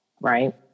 Right